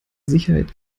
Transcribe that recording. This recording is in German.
sicherheit